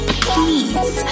please